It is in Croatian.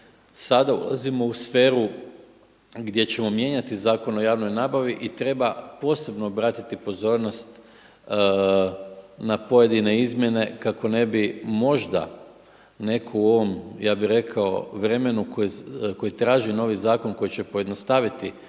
sada dolazimo u sferu gdje ćemo mijenjati Zakon o javnoj nabavi i treba posebno obratiti pozornost na pojedine izmjene kako ne bi možda netko u ovom ja bih rekao vremenu koji traži novi zakon koji će pojednostaviti